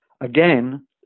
again